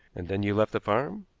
and then you left the farm?